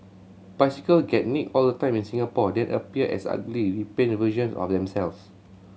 bicycle get nicked all the time in Singapore then appear as ugly repainted versions of themselves